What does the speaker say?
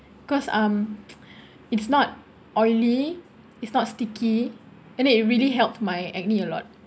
cause um it's not oily it's not sticky and it really helped my acne a lot